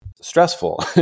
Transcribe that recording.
stressful